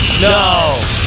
No